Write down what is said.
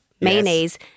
mayonnaise